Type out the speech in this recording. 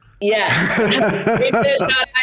Yes